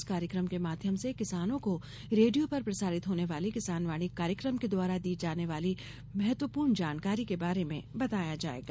इस कार्यक्रम के माध्यम से किसानों को रेडियो पर प्रसारित होने वाले किसानवाणी कार्यक्रम के द्वारा दी जाने वाली महत्वपूर्ण जानकारी के बारे में बताया जायेगा